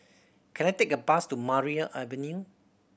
can I take a bus to Maria Avenue